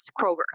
Kroger